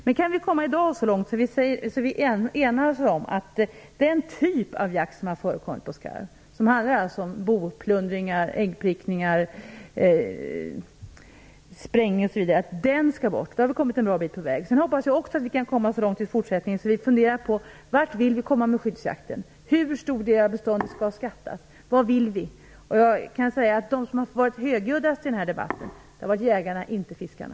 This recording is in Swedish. Men kan vi i dag komma så långt att vi kan ena oss om att den typ av jakt som förekommer på skarv - det handlar alltså om boplundringar, äggprickningar, sprängningar osv. - skall bort, då har vi kommit en bra bit på väg. Sedan hoppas jag också att vi kan komma så långt att vi i fortsättningen funderar på vart vi vill komma med skyddsjakten. Hur stor del av beståndet skall skattas? Vad vill vi? De som har varit mest högljudda i den här debatten, det har varit jägarna, inte fiskarna.